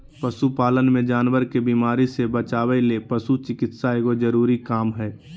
पशु पालन मे जानवर के बीमारी से बचावय ले पशु चिकित्सा एगो जरूरी काम हय